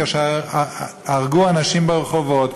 כאשר הרגו אנשים ברחובות,